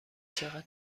چقدر